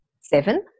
seven